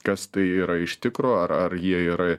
kas tai yra iš tikro ar ar jie yra